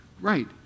Right